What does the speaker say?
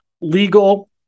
Legal